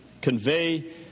convey